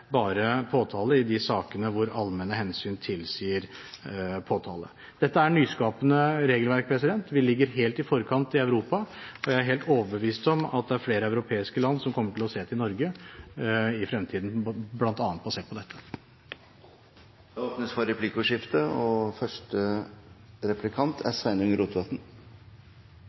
påtale i de sakene hvor allmenne hensyn tilsier påtale. Dette er nyskapende regelverk. Vi ligger helt i forkant i Europa, og jeg er helt overbevist om at det er flere europeiske land som kommer til å se til Norge i fremtiden, bl.a. basert på dette. Det blir replikkordskifte. Det er ingen tvil om at det er